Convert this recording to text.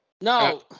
No